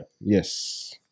Yes